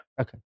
Okay